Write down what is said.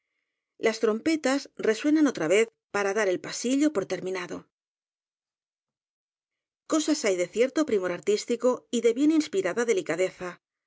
las trompetas resuenan otra vez para dar el pasillo por terminado cosas hay de cierto primor artístico y de bien inspirada delicadeza